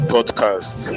Podcast